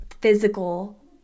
physical